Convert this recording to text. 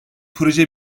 proje